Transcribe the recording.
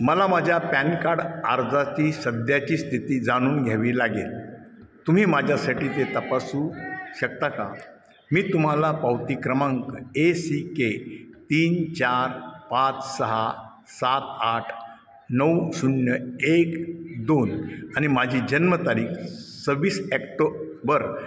मला माझ्या pan card अर्जाची सध्याची स्थिती जाणून घ्यावी लागेल तुम्ही माझ्यासाठी ते तपासू शकता का मी तुम्हाला पावती क्रमांक ए सी के तीन चार पाच सहा सात आठ नऊ शून्य एक दोन आनि माझी जन्मतारीख सव्वीस ॲक्टोबर एकोणाविसशे ब्याण्णव देईन